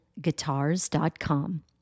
guitars.com